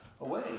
away